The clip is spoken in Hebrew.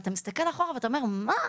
אתה מסתכל אחורה ואומר: "מה?